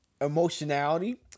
emotionality